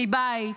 מבית.